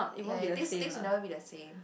ya ya things things will never be the same